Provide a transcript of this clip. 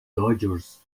dodgers